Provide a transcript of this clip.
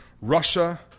Russia